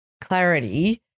clarity